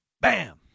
bam